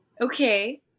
okay